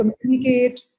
communicate